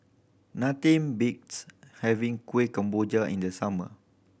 nothing beats having Kuih Kemboja in the summer